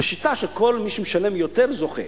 בשיטה שכל מי שמשלם יותר, זוכה.